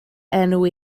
enw